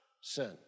sin